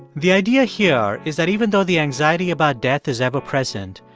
the idea here is that even though the anxiety about death is ever present,